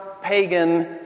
pagan